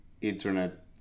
internet